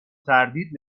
تردید